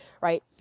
right